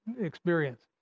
experience